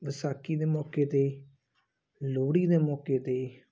ਵਿਸਾਖੀ ਦੇ ਮੌਕੇ 'ਤੇ ਲੋਹੜੀ ਦੇ ਮੌਕੇ 'ਤੇ